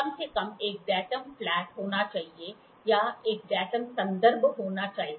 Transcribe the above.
कम से कम एक डेटम फ्लैट होना चाहिए या एक डेटम संदर्भ होना चाहिए